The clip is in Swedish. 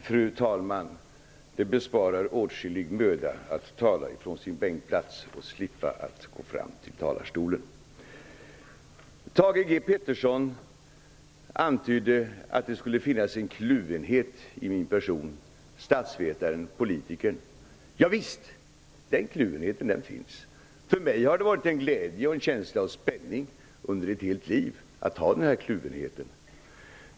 Fru talman! Thage G Peterson antydde att det skulle finnas en kluvenhet i min person mellan statsvetaren och politikern. Visst finns den kluvenheten. För mig har det varit en glädje och en känsla av spänning under ett helt liv att ha den här kluvenheten.